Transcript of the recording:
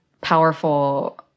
powerful